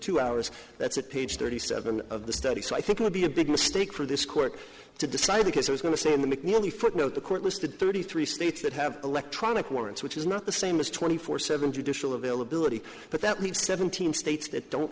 two hours that's it page thirty seven of the study so i think it would be a big mistake for this court to decide the case i was going to say mcnealy footnote the court listed thirty three states that have electronic warrants which is not the same as twenty four seven judicial availability but that leaves seventeen states that don't